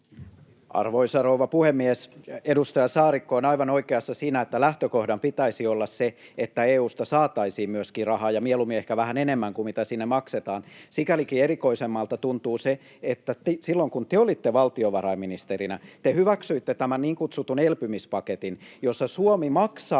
Arvoisa rouva puhemies! Edustaja Saarikko on aivan oikeassa siinä, että lähtökohdan pitäisi olla se, että EU:sta myöskin saataisiin rahaa ja mieluummin ehkä vähän enemmän kuin mitä sinne maksetaan. Sikälikin erikoisemmalta tuntuu se, että silloin, kun te olitte valtiovarainministerinä, te hyväksyitte tämän niin kutsutun elpymispaketin, jossa Suomi maksaa